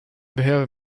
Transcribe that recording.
behöver